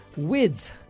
WIDS